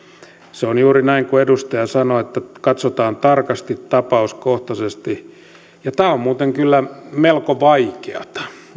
se on juuri näin kuin edustaja sanoi että katsotaan tarkasti tapauskohtaisesti tämä on muuten kyllä melko vaikeata